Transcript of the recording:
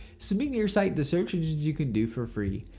submitting your site to search engines you can do for free.